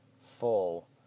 full